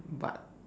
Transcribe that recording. but